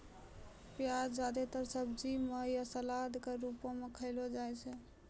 प्याज जादेतर सब्जी म या सलाद क रूपो म खयलो जाय छै